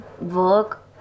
work